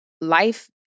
life